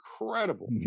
incredible